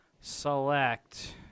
select